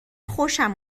خوشم